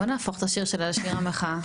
בואו נהפוך את השיר שלה לשיר המחאה?